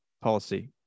policy